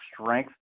strength